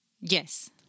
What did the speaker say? Yes